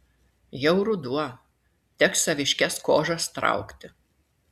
jau ruduo teks saviškes kožas traukti